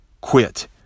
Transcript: quit